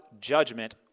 judgment